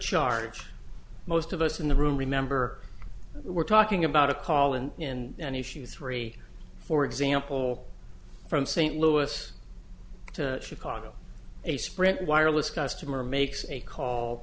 charge most of us in the room remember we're talking about a call in and issue three for example from st louis to chicago a sprint wireless customer makes a call